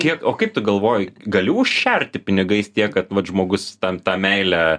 kiek o kaip tu galvoji gali užšerti pinigais tiek kad vat žmogus tą tą meilę